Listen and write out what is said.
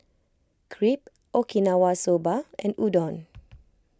Crepe Okinawa Soba and Udon